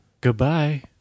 Goodbye